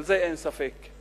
בזה אין ספק.